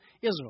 Israel